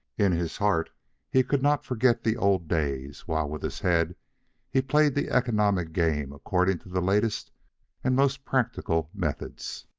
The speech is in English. in his heart he could not forget the old days, while with his head he played the economic game according to the latest and most practical methods.